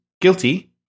guilty